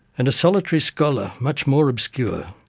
and a solitary scholar, much more obscure,